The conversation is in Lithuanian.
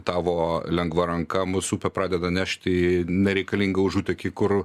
tavo lengva ranka mus upė pradeda nešt į nereikalingą užutekį kur